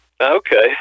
Okay